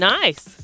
nice